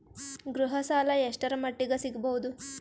ಗೃಹ ಸಾಲ ಎಷ್ಟರ ಮಟ್ಟಿಗ ಸಿಗಬಹುದು?